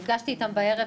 נפגשתי איתם בערב.